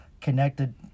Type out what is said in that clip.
connected